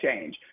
change